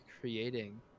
creating